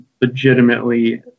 legitimately